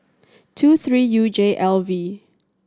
two three U J L V